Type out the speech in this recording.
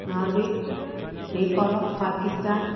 Norway Nepal Pakistan